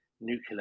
nuclear